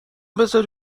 بزاری